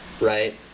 right